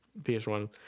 PS1